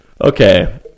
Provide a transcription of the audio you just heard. Okay